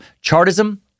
chartism